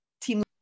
Team